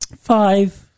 five